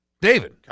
David